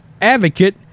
advocate